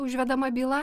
užvedama byla